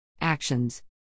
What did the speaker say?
Actions